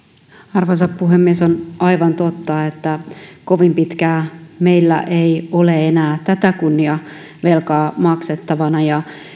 arvoisa puhemies on aivan totta että kovin pitkään meillä ei ole enää tätä kunniavelkaa maksettavana ja